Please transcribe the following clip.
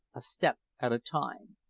a step at a time,